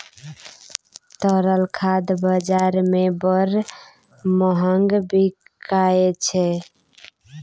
तरल खाद बजार मे बड़ महग बिकाय छै